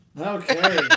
Okay